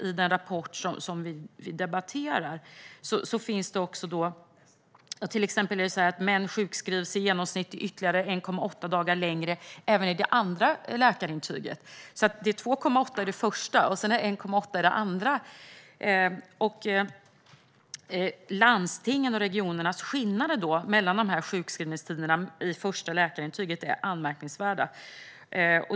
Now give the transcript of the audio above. I ISF-rapporten som vi nu debatterar står det till exempel att män sjukskrivs i genomsnitt 1,8 dagar längre även i det andra läkarintyget. I det första är det alltså 2,8 dagar och i det andra 1,8. Skillnaderna i sjukskrivningstid mellan olika landsting och regioner när det gäller det första läkarintyget är anmärkningsvärda.